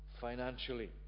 financially